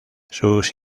sus